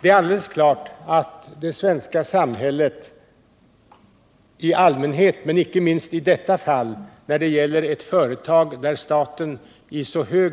Det är alldeles klart att det svenska samhället har ett ansvar i allmänhet men icke minst i detta fall, när det gäller ett företag där staten i så hög